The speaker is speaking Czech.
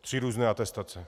Tři různé atestace.